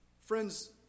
Friends